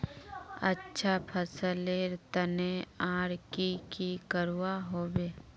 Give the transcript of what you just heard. अच्छा फसलेर तने आर की की करवा होबे?